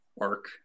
ARC